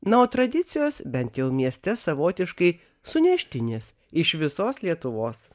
na o tradicijos bent jau mieste savotiškai suneštinės iš visos lietuvos